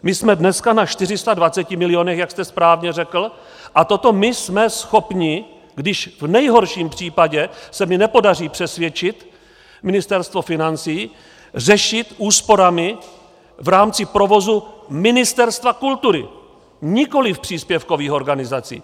My jsme dneska na 420 milionech, jak jste správně řekl, a toto my jsme schopni, když v nejhorším případě se mi nepodaří přesvědčit Ministerstvo financí, řešit úsporami v rámci provozu Ministerstva kultury, nikoli příspěvkových organizací.